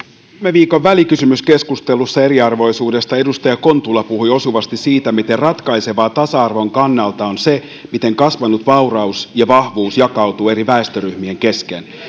viikon välikysymyskeskustelussa eriarvoisuudesta edustaja kontula puhui osuvasti siitä miten ratkaisevaa tasa arvon kannalta on se miten kasvanut vauraus ja vahvuus jakautuvat eri väestöryhmien kesken